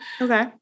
Okay